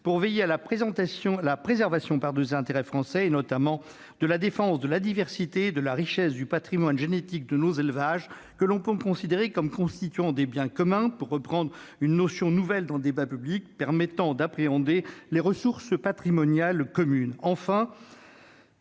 pour veiller à la préservation des intérêts français, notamment à la défense de la diversité et de la richesse du patrimoine génétique de nos élevages, que l'on peut considérer comme des biens communs : cette notion, nouvelle dans le débat public, permet d'appréhender les ressources patrimoniales communes.